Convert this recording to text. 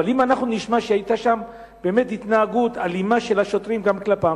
אבל אם אנחנו נשמע שהיתה שם באמת גם התנהגות אלימה של השוטרים כלפיהם,